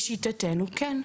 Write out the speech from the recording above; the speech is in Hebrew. לשיטתנו, כן.